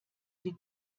die